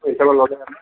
পইচা